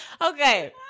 Okay